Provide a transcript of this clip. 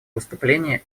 выступление